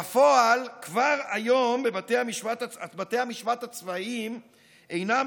בפועל כבר היום בתי המשפט הצבאיים אינם